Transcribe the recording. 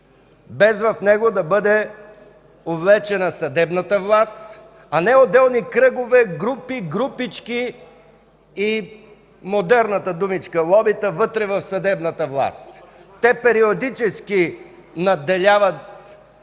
без в него да бъде увлечена съдебната власт, а не отделни кръгове, групи, групички и модерната думичка лобита вътре в съдебната власт. Те периодически надделяват